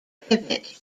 pivot